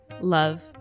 love